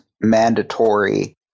mandatory